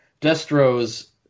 Destro's